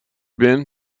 been